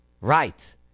Right